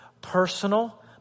Personal